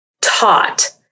taught